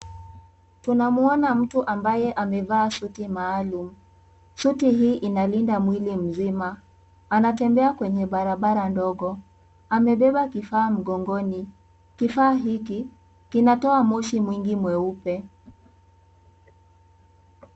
Tunakiona mtu ambaye amevaa suti maalum ,suti hii inalinda mwili mzima . Anatembea kwenye barabara ndogo amebeba kifaa mkongoni, kifaa hiki kinatoa moshi mwingi mweupe .